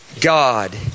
God